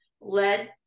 led